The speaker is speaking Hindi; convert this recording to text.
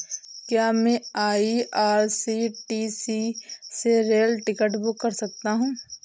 क्या मैं आई.आर.सी.टी.सी से रेल टिकट बुक कर सकता हूँ?